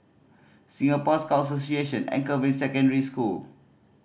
Singapore Scout Association Anchorvale Secondary School